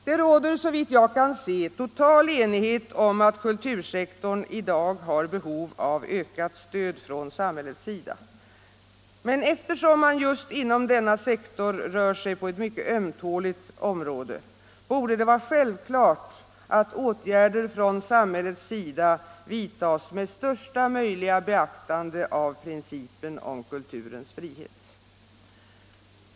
Det råder, såvitt jag kan se, total enighet om att kultursektorn i dag har behov av ökat stöd från samhällets sida. Men eftersom man just inom denna sektor rör sig på ett mycket ömtåligt område, borde det vara självklart att åtgärder från samhällets sida vidtas med största möjliga beaktande av principen om kulturens frihet.